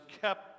kept